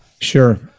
Sure